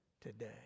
today